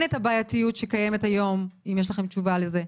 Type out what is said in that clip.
כן את הבעייתיות שקיימת היום, אם יש לך תשובה לזה.